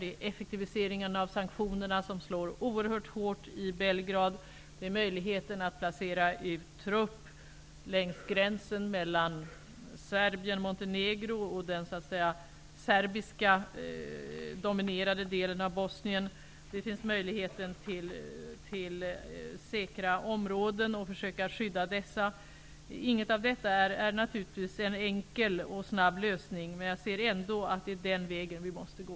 Det är effektiviseringen av sanktionerna, som slår oerhört hårt i Belgrad, det är möjligheterna att placera ut trupp längs gränsen mellan Serbien och Montenegro å ena sidan och den serbiskdominerade delen av Bosnien å den andra, och det är möjligheten att försöka skydda säkra områden. Inget av detta innebär en enkel och snabb lösning, men det är ändå den vägen vi måste gå.